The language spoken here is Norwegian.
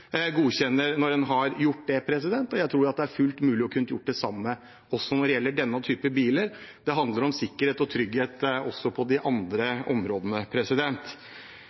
godkjenner når en har gjort det. Jeg tror det er fullt mulig å kunne gjøre det samme også når det gjelder denne typen biler. Det handler om sikkerhet og trygghet også på de andre områdene.